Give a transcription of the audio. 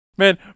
Man